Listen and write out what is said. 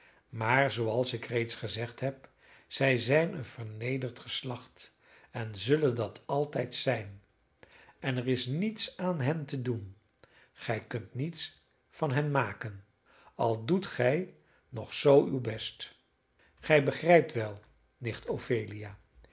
maar zooals ik reeds gezegd heb zij zijn een vernederd geslacht en zullen dat altijd zijn en er is niets aan hen te doen gij kunt niets van hen maken al doet gij nog zoo uw best gij begrijpt wel nicht ophelia